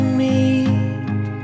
meet